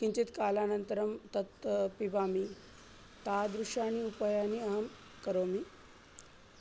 किञ्चित् कालानन्तरं तत् पिबामि तादृशानि उपायानि अहं करोमि